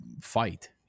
fight